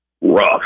rough